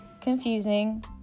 confusing